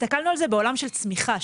הסתכלנו על זה בעולם של צמיחה.